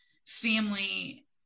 family